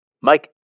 Mike